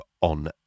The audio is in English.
on